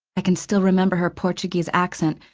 i can still remember her portuguese accent,